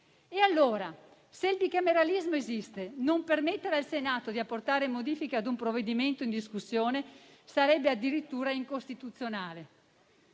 Allora, se il bicameralismo esiste, non permettere al Senato di apportare modifiche a un provvedimento in discussione sarebbe addirittura incostituzionale.